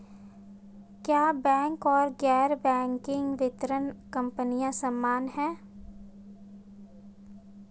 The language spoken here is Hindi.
क्या बैंक और गैर बैंकिंग वित्तीय कंपनियां समान हैं?